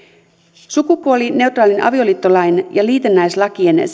sukupuolineutraalin avioliittolain ja liitännäislakien